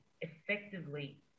effectively